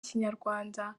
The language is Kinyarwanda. ikinyarwanda